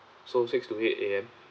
so six to eight A_M